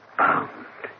bound